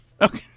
Okay